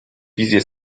wizje